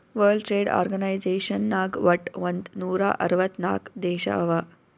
world trade organization ನಾಗ್ ವಟ್ ಒಂದ್ ನೂರಾ ಅರ್ವತ್ ನಾಕ್ ದೇಶ ಅವಾ